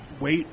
wait